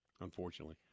unfortunately